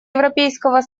европейского